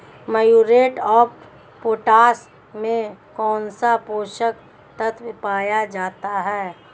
Muriate of potash में कौन सा पोषक तत्व पाया जाता है?